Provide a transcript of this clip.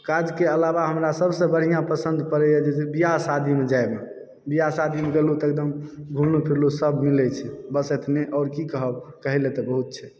काजके अलावा हमरा सभसँ बढ़िआँ पसन्द पड़यए जे बिआह शादीमे जाइमऽ बिआह शादीमे गेलहुँ तऽ घुमलहुँ फिरलहुँ सब मिलैत छै बस एतने आओर की कहब कहयलऽ तऽ बहुत छै